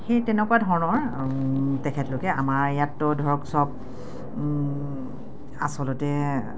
সেই তেনেকুৱা ধৰণৰ তেখেতলোকে আমাৰ ইয়াতো ধৰক চব আচলতে